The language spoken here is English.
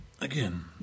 again